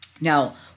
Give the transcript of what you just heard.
Now